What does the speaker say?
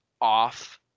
off